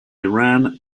iran